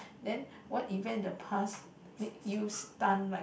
then what event in the past make you stun like